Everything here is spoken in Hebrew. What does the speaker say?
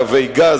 קווי גז,